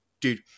dude